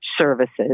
services